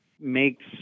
makes